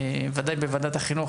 ודאי בוועדת החינוך,